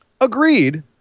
Agreed